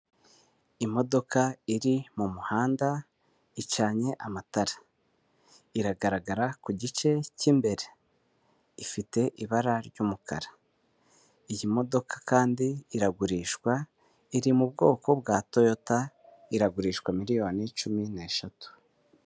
Imodoka iri mu muhanda icanye amatara, iragaragara ku gice cy'imbere, ifite ibara ry'umukara iyi modoka kandi iragurishwa iri mu bwoko bwa Toyota iragurishwa miliyoni cumi n'eshatu.